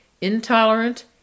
intolerant